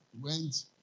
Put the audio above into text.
went